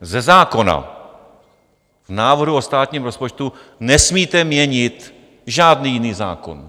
Ze zákona v návrhu o státním rozpočtu nesmíte měnit žádný jiný zákon.